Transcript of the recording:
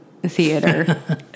Theater